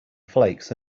flakes